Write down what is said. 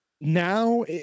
now